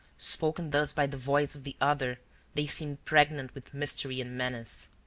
spoken thus by the voice of the other they seemed pregnant with mystery and menace.